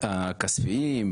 במאזנים הכספיים,